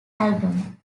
album